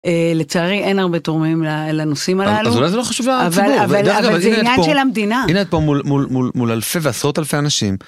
לצערי אין הרבה תורמים לנושאים הללו, אבל זה עניין של המדינה, הנה את פה מול אלפי ועשרות אלפי אנשים.